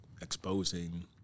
exposing